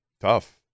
tough